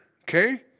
okay